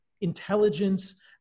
intelligence